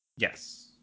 yes